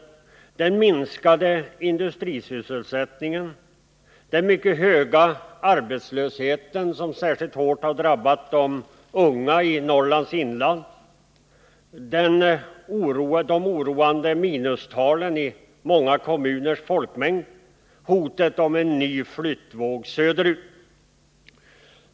Vi pekade på den minskade industrisysselsättningen, den mycket höga arbetslöshet som särskilt hårt har drabbat de unga i Norrlands inland, de oroande minustalen i många kommuners folkmängd samt hotet om en ny flyttvåg söderut.